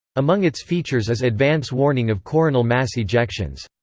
among its features is advance warning of coronal mass ejections.